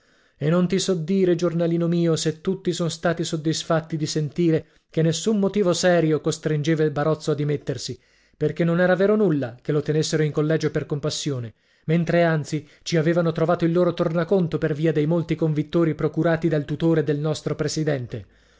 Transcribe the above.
e non ti so dire giornalino mio se tutti son stati soddisfatti di sentire che nessun motivo serio costringeva il barozzo a dimettersi perché non era vero nulla che lo tenessero in collegio per compassione mentre anzi ci avevano trovato il loro tornaconto per via dei molti convittori procurati dal tutore del nostro presidente